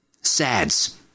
SADS